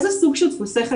איזה סוג של דפוסי חשיבה.